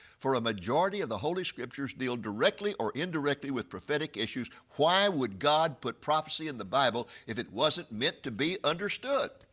for a majority of the holy scriptures deal directly or indirectly with prophetic issues. why would god put prophecy in the bible if it wasn't meant to be understood?